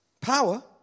Power